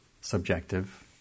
subjective